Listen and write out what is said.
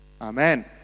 Amen